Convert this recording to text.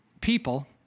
people